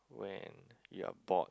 when you're bored